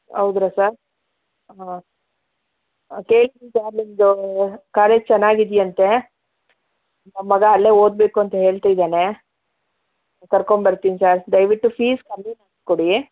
ಹೌದಾ ಸರ್ ಹಾಂ ಕಾಲೇಜ್ ಚೆನ್ನಾಗಿ ಇದೆಯಂತೆ ನಮ್ಮ ಮಗ ಅಲ್ಲೇ ಓದಬೇಕು ಅಂತ ಹೇಳ್ತಿದ್ದಾನೆ ಕರ್ಕೊಂಡ್ ಬರ್ತೀನಿ ಸರ್ ದಯವಿಟ್ಟು ಫೀಸ್ ಕಮ್ಮಿ ಮಾಡಿಕೊಡಿ